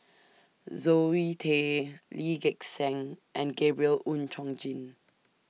Zoe Tay Lee Gek Seng and Gabriel Oon Chong Jin